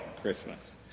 Christmas